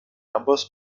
ambos